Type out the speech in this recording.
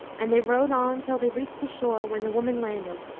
and they rowed on till they reached the shore when the woman landed,